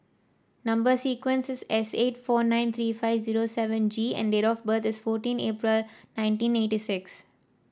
number sequence is S eight four nine three five zero seven G and date of birth is fourteen April nineteen eighty six